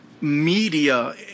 media